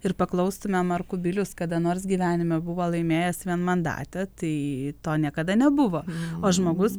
ir paklaustumėm ar kubilius kada nors gyvenime buvo laimėjęs vienmandatę tai to niekada nebuvo o žmogus